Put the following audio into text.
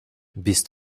bist